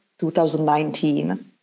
2019